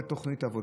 ותוכנית עבודה.